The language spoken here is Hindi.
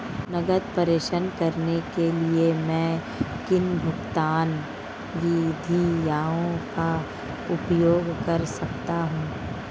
नकद प्रेषण करने के लिए मैं किन भुगतान विधियों का उपयोग कर सकता हूँ?